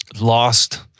lost